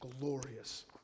glorious